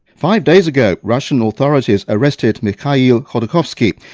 five days ago, russian authorities arrested mikhail yeah ah khodorkovsky,